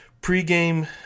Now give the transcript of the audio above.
pre-game